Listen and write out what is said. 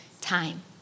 time